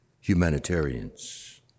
humanitarians